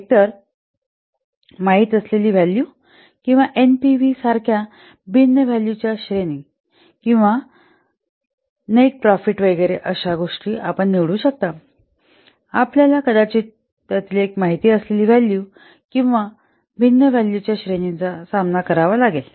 एकतर एक माहित असलेली व्हॅलू किंवा एनपीव्हीसारख्या भिन्न व्हॅलूच्या श्रेणी किंवा निव्वळ नफा वगैरे अशा गोष्टी आपण निवडू शकता आपल्यास कदाचित त्यातील एक माहित असलेली व्हॅलू किंवा भिन्न व्हॅलूच्या श्रेणीचा सामना करावा लागेल